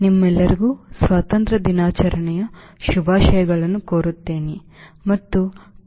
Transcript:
ನಿಮ್ಮೆಲ್ಲರಿಗೂ ಸ್ವಾತಂತ್ರ್ಯ ದಿನಾಚರಣೆಯ ಶುಭಾಶಯಗಳನ್ನು ಕೋರುತ್ತೇನೆ